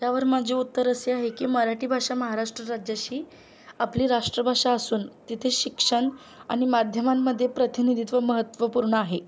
त्यावर माझी उत्तर अशी आहे की मराठी भाषा महाराष्ट्र राज्याशी आपली राष्ट्रभाषा असून तिथे शिक्षण आणि माध्यमांमध्ये प्रतिनिधित्व महत्त्वपूर्ण आहे